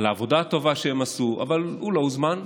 על העבודה הטובה שהם עשו, אבל הוא לא הוזמן.